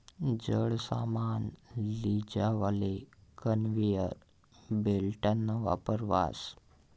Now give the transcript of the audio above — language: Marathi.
जड सामान लीजावाले कन्वेयर बेल्टना वापर व्हस